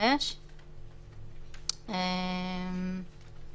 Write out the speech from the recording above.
השאלה שלי, אולי הבהרה